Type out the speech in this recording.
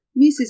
Mrs